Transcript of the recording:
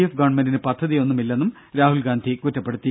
F ഗവൺമെന്റിന് പദ്ധതിയൊന്നുമില്ലെന്നും രാഹുൽഗാന്ധി കുറ്റപ്പെടുത്തി